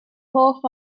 hoff